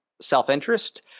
self-interest